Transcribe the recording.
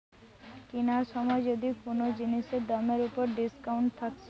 কিনার সময় যদি কুনো জিনিসের দামের উপর ডিসকাউন্ট থাকছে